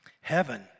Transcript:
heaven